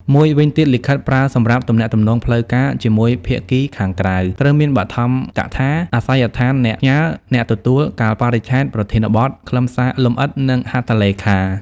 មួយវិញទៀត លិខិត ប្រើសម្រាប់ទំនាក់ទំនងផ្លូវការជាមួយភាគីខាងក្រៅ ត្រូវមានបឋមកថា អាសយដ្ឋានអ្នកផ្ញើ អ្នកទទួល កាលបរិច្ឆេទ ប្រធានបទ ខ្លឹមសារលម្អិត និងហត្ថលេខា។